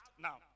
Now